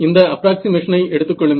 இந்த அப்ராக்சிமேஷனை எடுத்துக்கொள்ளுங்கள்